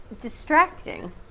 distracting